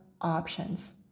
options